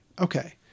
Okay